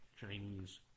Chinese